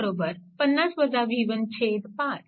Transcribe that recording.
असा असेल आपला i1